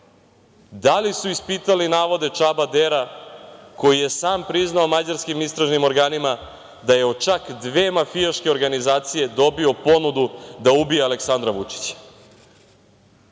da li su ispitali navode Čaba Dera koji je sam priznao mađarskim istražnim organima da je od čak dve mafijaške organizacije dobio ponudu da ubije Aleksandra Vučića.